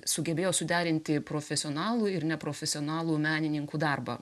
sugebėjo suderinti profesionalų ir neprofesionalų menininkų darbą